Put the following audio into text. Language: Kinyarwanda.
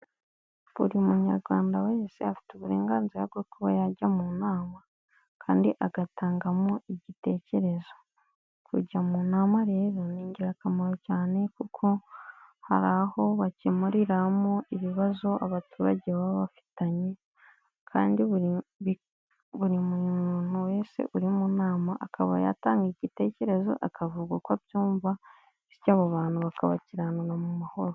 Buri munyarwanda wese afite uburenganzira bwo kuba yajya mu nama kandi agatangamo igitekerezo. Kujya mu nama rero ni ingirakamaro cyane kuko hari aho bakimuriramo ibibazo abaturage baba bafitanye kandi buri muntu wese uri mu nama akaba yatanga igitekerezo, akavuga uko abyumva bityo abo bantu bakabak babana mu mahoro.